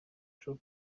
true